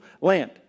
land